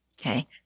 Okay